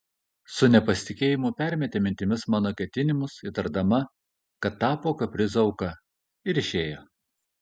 su nepasitikėjimu permetė mintimis mano ketinimus įtardama kad tapo kaprizo auka ir išėjo